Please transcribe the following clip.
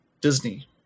Disney